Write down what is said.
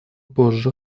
позже